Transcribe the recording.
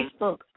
Facebook